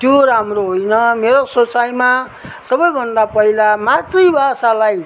त्यो राम्रो होइन मेरो सोचाइमा सबैभन्दा पहिला मातृभाषालाई